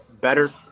better